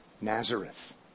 Nazareth